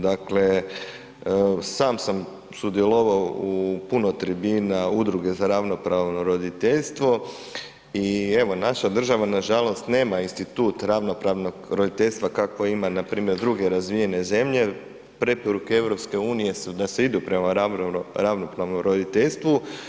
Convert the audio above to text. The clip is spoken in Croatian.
Dakle, sam sam sudjelovao u puno tribina, udruge za ravnopravno roditeljstvo i evo naša država nažalost nema institut ravnopravnog roditeljstva kako ima na primjer druge razvijene zemlje jer preporuke EU je da se ide prema ravnopravnom roditeljstvu.